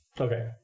Okay